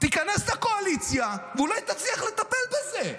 תיכנס לקואליציה, ואולי תצליח לטפל בזה.